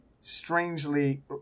strangely